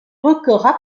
record